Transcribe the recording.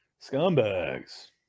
Scumbags